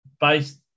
based